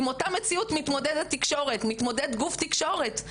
עם אותה מציאות מתמודד גוף תקשורת,